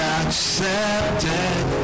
accepted